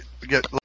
get